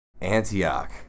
Antioch